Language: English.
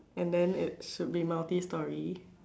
and then it should be multi storey